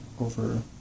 over